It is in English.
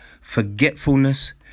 forgetfulness